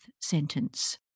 sentence